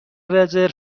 رزرو